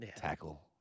tackle